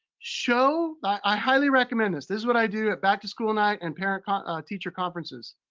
show, i highly recommend this, this is what i do at back-to-school night, and parent kind of teacher conferences.